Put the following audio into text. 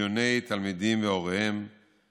מיליוני תלמידים והוריהם